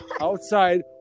outside